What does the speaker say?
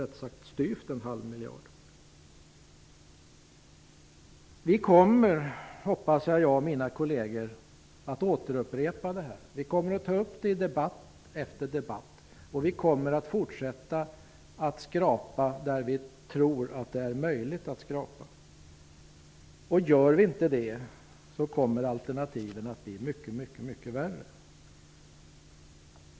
Jag och mina kolleger kommer förhoppningsvis att återupprepa detta. Vi kommer att ta upp det i debatt efter debatt, och vi kommer att fortsätta att skrapa där vi tror att det är möjligt att skrapa. Gör vi inte det, kommer alternativen att bli mycket värre.